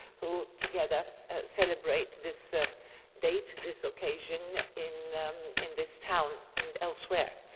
who together celebrate this ah date, this occasion in in this town and elsewhere.